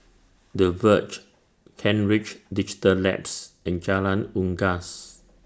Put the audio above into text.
The Verge Kent Ridge Digital Labs and Jalan Unggas